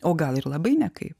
o gal ir labai nekaip